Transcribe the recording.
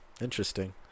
interesting